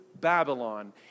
Babylon